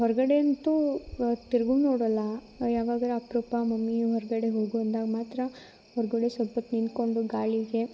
ಹೊರಗಡೆಯಂತೂ ತಿರ್ಗು ನೋಡೋಲ್ಲ ಯಾವಗಾರ ಅಪರೂಪ ಮಮ್ಮಿ ಹೊರಗಡೆ ಹೋಗು ಅಂದಾಗ ಮಾತ್ರ ಹೊರಗಡೆ ಸ್ವಲ್ಪೊತ್ತು ನಿಂತುಕೊಂಡು ಗಾಳಿಗೆ